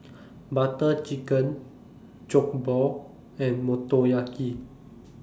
Butter Chicken Jokbal and Motoyaki